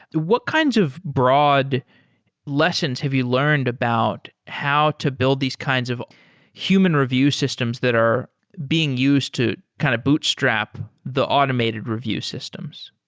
what kinds of broad lessons have you learned about how to build these kinds of human review systems that are being used to kind of bootstrap the automated review systems?